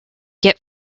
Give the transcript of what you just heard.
get